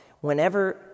Whenever